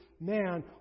Man